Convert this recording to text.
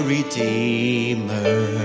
Redeemer